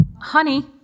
Honey